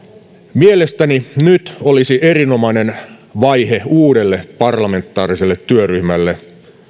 mielestäni nyt olisi erinomainen vaihe uudelle parlamentaariselle työryhmälle